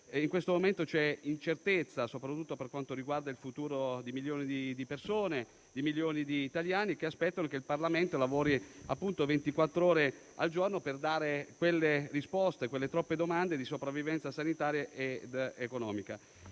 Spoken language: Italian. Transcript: in questo momento c'è incertezza soprattutto per quanto riguarda il futuro di milioni di persone, di milioni di italiani che aspettano che il Parlamento lavori ventiquattr'ore al giorno per dare risposte alle troppe domande di sopravvivenza sanitaria ed economica.